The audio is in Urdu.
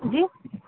جی